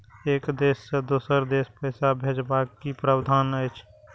एक देश से दोसर देश पैसा भैजबाक कि प्रावधान अछि??